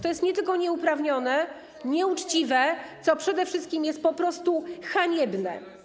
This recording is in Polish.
To jest nie tylko nieuprawnione, nieuczciwe, ale przede wszystkim jest to po prostu haniebne.